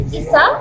isa